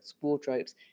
wardrobes